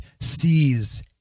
sees